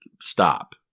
stop